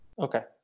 Okay